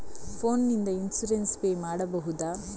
Phone ನಿಂದ insurance pay ಮಾಡಬಹುದ?